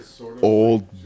old